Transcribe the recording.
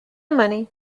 money